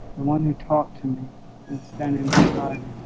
the one who talked to me is standing beside